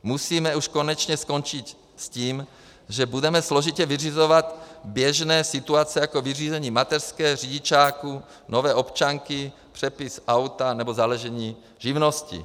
Musíme už konečně skončit s tím, že budeme složitě vyřizovat běžné situace, jako vyřízení mateřské, řidičáku, nové občanky, přepis auta nebo založení živnosti.